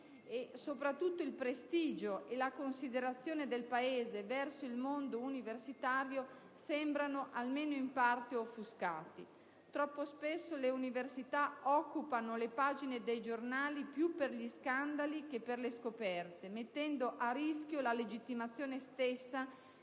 Soprattutto, il prestigio e la considerazione del Paese verso il mondo universitario sembrano, almeno in parte, offuscati. Troppo spesso le università occupano le pagine dei giornali più per gli scandali che per le scoperte, mettendo a rischio la legittimazione stessa